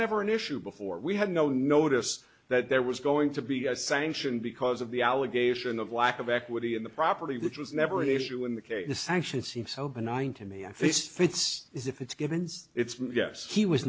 never an issue before we had no notice that there was going to be a sanction because of the allegation of lack of equity in the property which was never an issue in the case the sanctions seem so benign to me at this fits is if it's givens it's yes he was